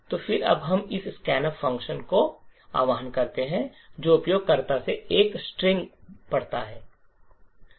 तो फिर अब हम इस स्कैनफ़ फ़ंक्शन का आह्वान करते हैं जो उपयोगकर्ता से एक स्ट्रिंग पढ़ता है